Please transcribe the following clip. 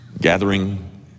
gathering